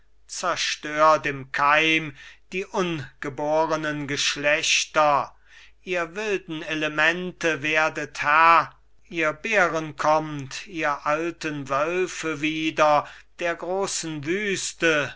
zerstört im keim die ungeborenen geschlechter ihr wilden elemente werdet herr ihr bären kommt ihr alten wölfe wieder der grossen wüste